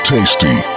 Tasty